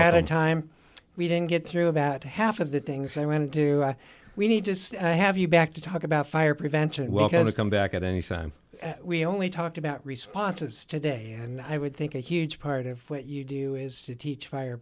at a time we didn't get through about half of the things i went to we need to have you back to talk about fire prevention welcome to come back at any time we only talked about responses today and i would think a huge part of what you do is to teach fire